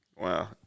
Wow